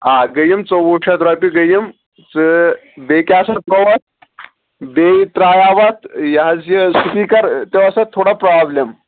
آ گٔیہِ یِم ژۄوُہ شیٚتھ رۄپیہِ گٔیہِ یم تہٕ بییٚہِ کیٚاہ سا گوٚو اتھ بیٚیہِ تراوو اتھ یہِ حظ یہِ سپیٖکر تہِ ٲسۍ اتھ تھوڑا پرابلم